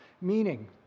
Meaning